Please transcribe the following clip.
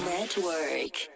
Network